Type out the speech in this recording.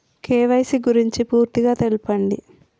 KYC గురించి పూర్తిగా తెలపండి?